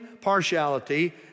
partiality